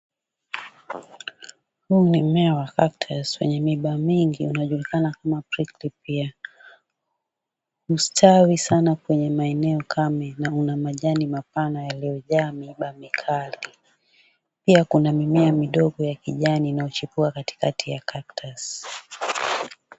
Huu ni mimea wa cactus wenye miiba mingi unaojulikana kama prickles pia. Hustawi sana kwenye maeneo kame na una majani mapana yaliojaa miiba mikali. Pia kuna mimea midogo ya kijani unaochipua katikati ya cactus .